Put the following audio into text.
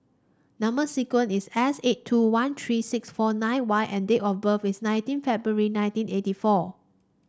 number sequence is S eight two one three six four nine Y and date of birth is nineteen February nineteen eighty four